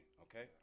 okay